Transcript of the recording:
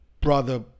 brother